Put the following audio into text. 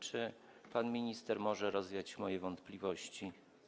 Czy pan minister może rozwiać moje wątpliwości?